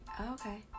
okay